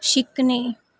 शिकणे